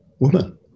Woman